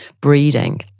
breeding